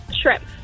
shrimp